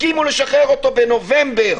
הסכימו לשחרר אותו בנובמבר